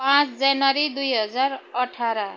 पाँच जनवरी दुई हजार अठार